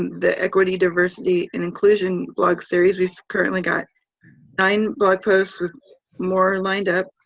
the equity, diversity, and inclusion blog series. we've currently got nine blog posts with more lined up.